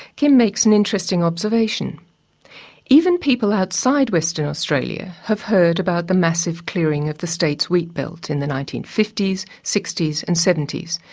kim makes an interesting observation even people outside western australia have heard about the massive clearing of the state's wheatbelt in the nineteen fifty s, sixty s and seventy s,